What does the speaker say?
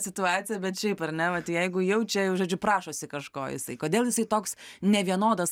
situaciją bet šiaip ar ne vat jeigu jau čia jau žodžiu prašosi kažko jisai kodėl jisai toks nevienodas